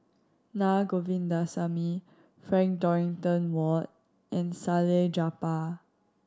Naa Govindasamy Frank Dorrington Ward and Salleh Japar